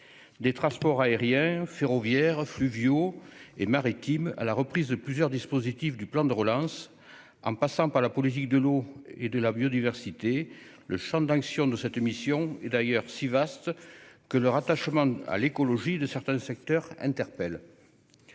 Des transports aériens, ferroviaires, fluviaux et maritimes à la reprise de plusieurs dispositifs du plan de relance, en passant par la politique de l'eau et de la biodiversité, le champ d'action de cette mission est d'ailleurs si vaste que le rattachement à l'écologie de certains secteurs interpelle.